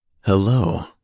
Hello